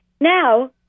Now